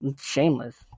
Shameless